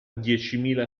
diecimila